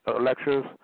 lectures